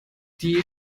die